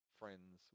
friends